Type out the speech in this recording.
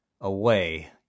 away